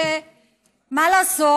שמה לעשות?